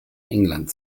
england